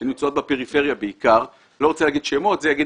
שבעיקר נמצאות בפריפריה ואני לא רוצה לנקוב בשמות כי זה יגיד